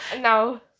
No